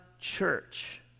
church